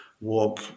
walk